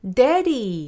daddy